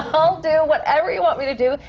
ah i'll do whatever you want me to do,